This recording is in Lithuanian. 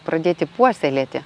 pradėti puoselėti